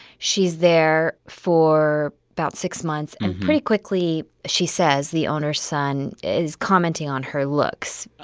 she's there for about six months. and pretty quickly, she says the owner's son is commenting on her looks,